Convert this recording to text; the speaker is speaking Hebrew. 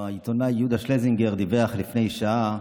העיתונאי יהודה שלזינגר דיווח לפני שעה